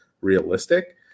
realistic